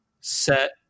set